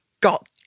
got